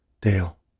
Dale